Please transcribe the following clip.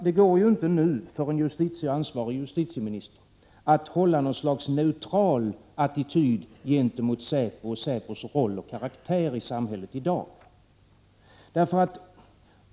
Det är ju inte möjligt för en ansvarig justitieminister att nu inta något slags neutral attityd gentemot säpo och säpo:s roll och karaktär i samhället i dag.